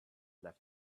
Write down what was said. left